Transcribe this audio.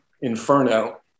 inferno